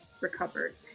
recovered